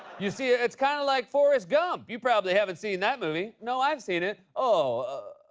you see, it's kind of like forrest gump you probably haven't seen that movie. no, i've seen it. oh. ah.